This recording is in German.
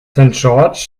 george’s